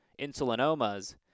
insulinomas